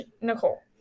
Nicole